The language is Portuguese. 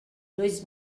dois